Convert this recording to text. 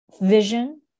vision